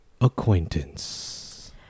acquaintance